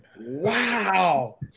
Wow